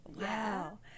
wow